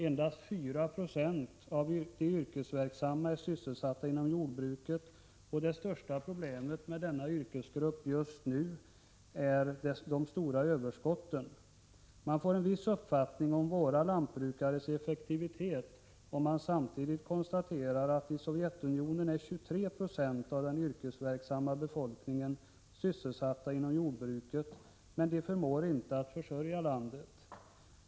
Endast 4 90 av de yrkesverksamma är sysselsatta inom jordbruket, och det största problemet med denna yrkesgrupp just nu är de stora överskotten. Man får en viss uppfattning om våra lantbrukares effektivitet om man samtidigt konstaterar att i Sovjetunionen är 23 20 av den yrkesverksamma befolkningen sysselsatt inom jordbruket, men förmår inte försörja landet.